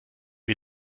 wir